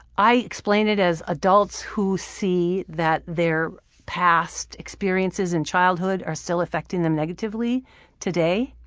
i explain it as adults who see that their past experiences in childhood are still affecting them negatively today.